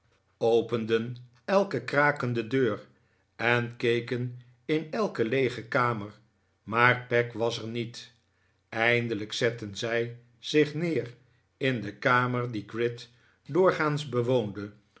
openden elke krakende deur en keken in elke leege kamer maar peg was er niet eindelijk zetten zij zich neer in de kamer die gride doorgaans bewoonde